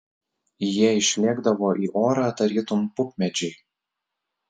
jie išlėkdavo į orą tarytum pupmedžiai